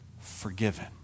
forgiven